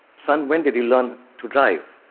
son, when did you learn to drive?